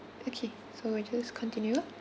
okay so we just continue